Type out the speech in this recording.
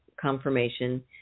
confirmation